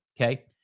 Okay